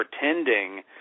pretending